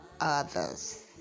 others